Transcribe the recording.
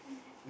mm